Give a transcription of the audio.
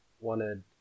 wanted